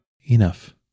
enough